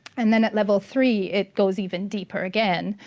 and then at level three, it goes even deeper again,